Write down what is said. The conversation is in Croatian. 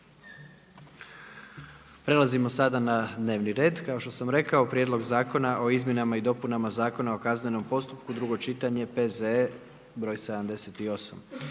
Prelazimo sada na dnevni red. Kao što sam rekao: - Konačni prijedlog zakona o izmjenama i dopunama Zakona o kaznenom postupku, drugo čitanje, P.Z.E. br. 78.